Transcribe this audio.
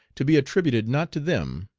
to be attributed not to them,